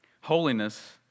Holiness